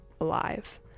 alive